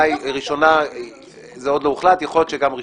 זה עוד לא הוחלט, יכול להיות שגם ראשונה.